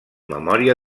memòria